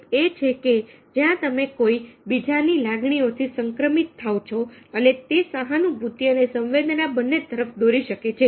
ચેપ એ છે કે જ્યાં તમે કોઈ બીજાની લાગણીઓથી સંક્રમિત થાવ છોઅને તે સહાનુભૂતિ અને સંવેદના બંને તરફ દોરી શકે છે